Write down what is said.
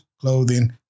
clothing